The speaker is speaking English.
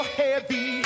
heavy